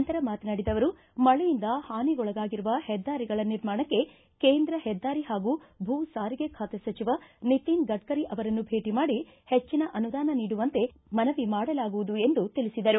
ನಂತರ ಮಾತನಾಡಿದ ಅವರು ಮಳೆಯಿಂದ ಹಾನಿಗೊಳಗಾಗಿರುವ ಹೆದ್ದಾರಿಗಳ ನಿರ್ಮಾಣಕ್ಕೆ ಕೇಂದ್ರ ಹೆದ್ದಾರಿ ಹಾಗೂ ಭೂ ಸಾರಿಗೆ ಖಾತೆ ಸಚಿವ ನಿತಿನ್ ಗಡ್ಕರಿ ಅವರನ್ನು ಭೇಟಿ ಮಾಡಿ ಹೆಚ್ಚಿನ ಅನುದಾನ ನೀಡುವಂತೆ ಮನವಿ ಮಾಡಲಾಗುವುದು ಎಂದು ತಿಳಿಸಿದರು